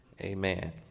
Amen